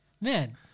man